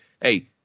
hey